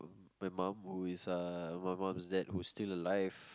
my mom who is uh my mom's dad who is still alive